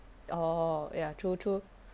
orh ya true true